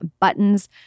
buttons